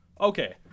okay